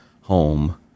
home